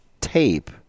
tape